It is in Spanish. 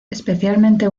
especialmente